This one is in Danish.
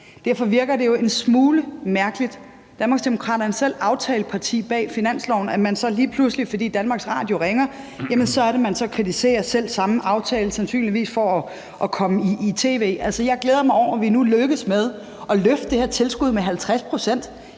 Derfor virker det jo en smule mærkeligt – Danmarksdemokraterne er selv et aftaleparti bag finansloven – at man så lige pludselig, fordi DR ringer, kritiserer selv samme aftale, sandsynligvis for at komme i tv. Altså, jeg glæder mig over, at vi nu er lykkedes med at løfte det her tilskud med 50 pct.